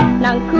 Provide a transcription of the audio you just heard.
not